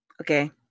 Okay